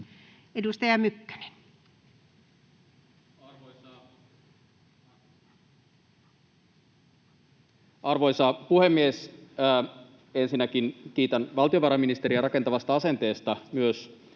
14:38 Content: Arvoisa puhemies! Ensinnäkin kiitän valtiovarainministeriä rakentavasta asenteesta.